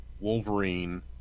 Wolverine